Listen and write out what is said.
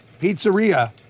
Pizzeria